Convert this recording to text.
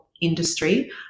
industry